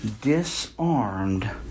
disarmed